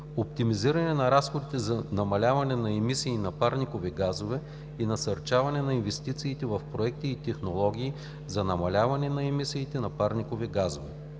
оптимизиране на разходите за намаляване на емисиите на парникови газове и насърчаване на инвестициите в проекти и технологии за намаляването на емисиите на парникови газове,